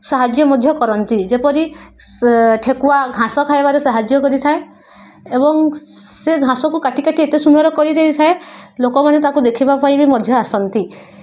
ସାହାଯ୍ୟ ମଧ୍ୟ କରନ୍ତି ଯେପରି ଠେକୁଆ ଘାସ ଖାଇବାରେ ସାହାଯ୍ୟ କରିଥାଏ ଏବଂ ସେ ଘାସକୁ କାଟ କାଟି ଏତେ ସୁନ୍ଦର କରିଦେଇଥାଏ ଲୋକମାନେ ତାକୁ ଦେଖିବା ପାଇଁ ବି ମଧ୍ୟ ଆସନ୍ତି